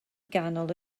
ganol